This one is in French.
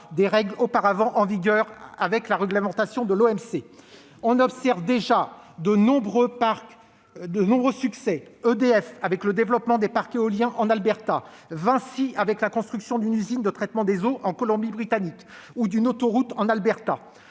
des règles auparavant en vigueur dans le cadre de l'OMC. On observe déjà de nombreux succès : EDF avec le développement de parcs éoliens en Alberta ou encore Vinci avec la construction d'une usine de traitement des eaux en Colombie-Britannique ou d'une autoroute en Alberta.